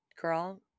Girl